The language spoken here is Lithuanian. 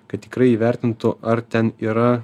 kad tikrai įvertintų ar ten yra